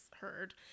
heard